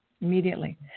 immediately